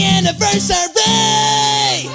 Anniversary